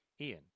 Ian